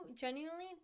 genuinely